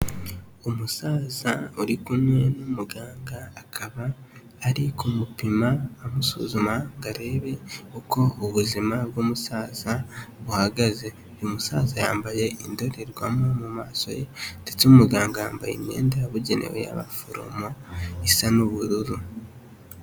Umusaza uri kumwe n'umuganga, akaba ari kumupima amusuzuma ngo arebe uko ubuzima bw'umusaza buhagaze, uyu musaza yambaye indorerwamo mu maso ye, ndetse umuganga yambaye imyenda yabugenewe y'abaforomo isa n'ubururu.